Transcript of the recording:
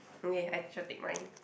okay I shall take mine